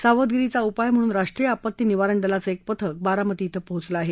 सावधगिरीचा उपाय म्हणून राष्ट्रीय आपत्ती निवारण दलाचं एक पथक बारामती शिं पोहोचलं आहे